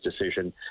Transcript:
decision